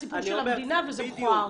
זה סיפור של המדינה וזה מכוער.